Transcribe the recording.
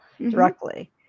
directly